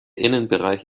innenbereich